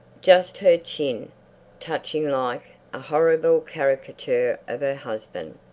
just her chin touching, like a horrible caricature of her husband.